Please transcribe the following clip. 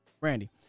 Randy